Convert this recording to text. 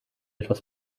etwas